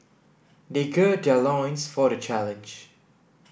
they gird their loins for the challenge